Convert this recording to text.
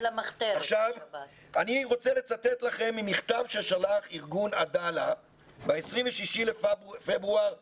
אני רוצה לצטט לכם ממכתב ששלח ארגון עדאללה ב-26 בפברואר השנה,